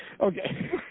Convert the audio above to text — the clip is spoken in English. Okay